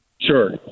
sure